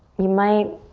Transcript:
you might